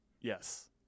Yes